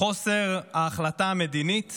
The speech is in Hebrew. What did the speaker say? חוסר ההחלטה המדינית